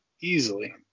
Easily